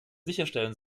sicherstellen